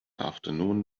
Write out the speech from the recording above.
afternoon